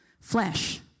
flesh